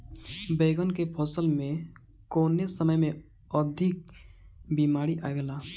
बैगन के फसल में कवने समय में अधिक बीमारी आवेला?